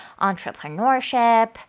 entrepreneurship